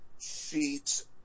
sheets